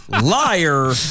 Liar